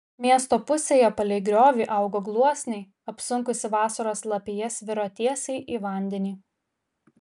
miesto pusėje palei griovį augo gluosniai apsunkusi vasaros lapija sviro tiesiai į vandenį